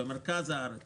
במרכז הארץ